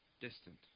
distant